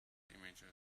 images